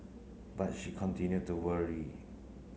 but she continue to worry